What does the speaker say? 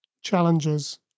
challenges